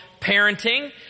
parenting